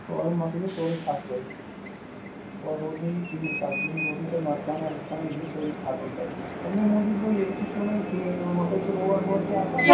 تورٕ مۅکلیٚوو سورُے فصلٕے تورٕ روٗد نہٕ یہِ کِہیٖنٛۍ سَبزی ہُنٛد روٗد نہٕ تتہِ مَرژٕوانٛگَن وَرژٕوانٛگَن یِم گٔے سٲری ختٕم تَتہِ اَمی موٗجوٗب گوٚو ییٚتہِ تہِ چھُنہٕ وۅنۍ کِہیٖنٛۍ یِوان ہُپٲرۍ چھُ روڈ ووڈ تہِ آسان